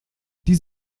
die